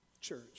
church